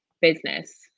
business